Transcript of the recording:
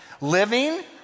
Living